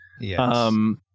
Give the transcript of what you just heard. Yes